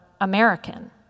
American